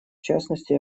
частности